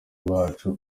bacu